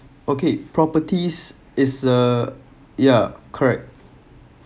okay properties is a ya correct